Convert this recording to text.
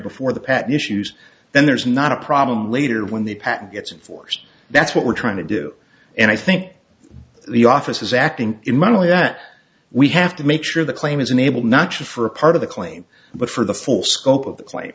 before the patent issues then there's not a problem later when the patent gets forced that's what we're trying to do and i think the office is acting in mightily that we have to make sure the claim is unable not just for a part of the claim but for the full scope of the cla